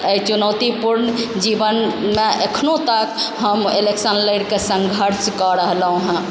एहि चुनौतीपुर्ण जीवनमे एखनो तक हम इलेक्शन लड़िकऽ सङ्घर्ष कऽ रहलहुँ हँ